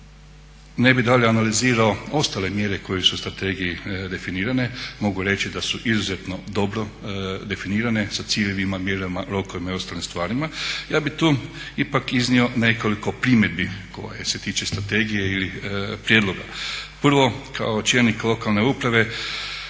ne bi dalje analizirao ostale mjere koje su u strategiji definirane. Mogu reći da su izuzetno dobro definirane sa ciljevima, mjerama, rokovima i ostalim stvarima. Ja bih tu ipak iznio nekoliko primjedbi koje se tiču strategije ili prijedloga. Prvo, kao čelnik lokalne uprave